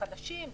חדשים,